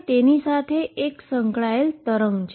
અને તેની સાથે એક વેવ સંકળાયેલ છે